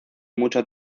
mucho